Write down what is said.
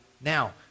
now